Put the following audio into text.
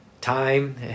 time